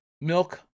Milk